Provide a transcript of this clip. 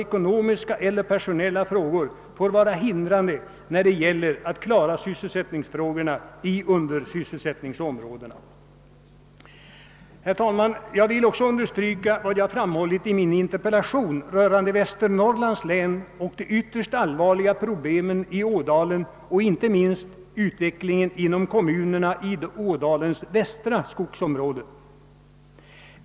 Ekonomiska eller personella frågor får inte vara hindrande när det gäller att klara sysselsättningen i områden med brist på arbetstillfällen. Herr talman! Jag vill också understryka vad jag framhållit i min interpellation rörande Västernorrlands län och de ytterst allvarliga problemen i Ådalen, inte minst utvecklingen inom kommunerna i Ådalens västra skogsområden.